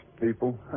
people